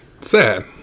sad